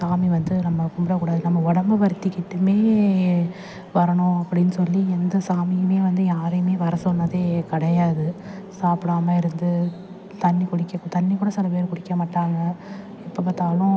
சாமி வந்து நம்ம கும்பிடக்கூடாது நம்ம உடம்பு வருத்திக்கிட்டுமே வரணும் அப்படின்னு சொல்லி எந்த சாமியுமே வந்து யாரையுமே வர சொன்னதே கிடையாது சாப்பிடாம இருந்து தண்ணி குடிக்க தண்ணி கூட சில பேர் குடிக்க மாட்டாங்க எப்போ பார்த்தாலும்